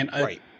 Right